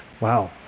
wow